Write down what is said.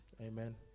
Amen